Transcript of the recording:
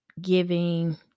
giving